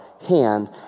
hand